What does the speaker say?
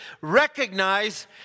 recognize